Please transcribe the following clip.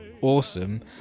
awesome